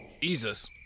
Jesus